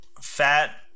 fat